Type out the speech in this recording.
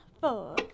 four